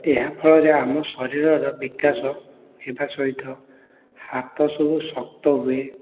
ଏହାଫଳରେ ଆମ ଶରୀରର ବିକାଶ ହେବା ସହିତ ହାତ ସବୁ ଶକ୍ତ ହୁଏ